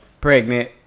pregnant